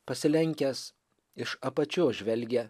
pasilenkęs iš apačios žvelgia